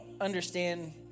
understand